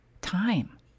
time